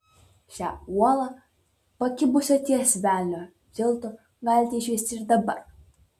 šią uolą pakibusią ties velnio tiltu galite išvysti ir dabar